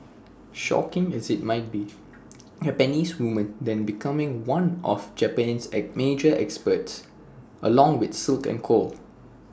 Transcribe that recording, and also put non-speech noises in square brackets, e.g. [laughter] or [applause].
shocking as IT might be [noise] Japanese woman then became one of Japan's at major experts along with silk and coal